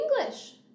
English